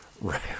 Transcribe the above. right